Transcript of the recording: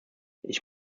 ich